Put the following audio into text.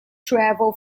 travel